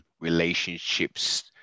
relationships